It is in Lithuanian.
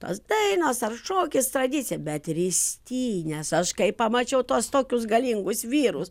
tos dainos ar šokis tradicija bet ristynės aš kai pamačiau tuos tokius galingus vyrus